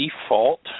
default